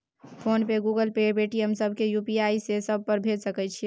Phone पे, Google Pay, Paytm, सब के UPI से सब पर भेज सके छीयै?